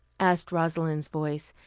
asked rosalind's voice,